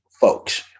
folks